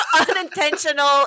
Unintentional